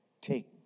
take